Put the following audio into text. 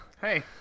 Hey